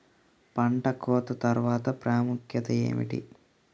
పంట కోత తర్వాత ప్రాముఖ్యత ఏమిటీ?